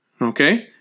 Okay